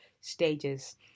stages